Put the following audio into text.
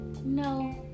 No